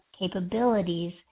capabilities